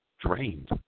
drained